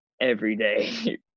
everyday